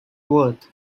worth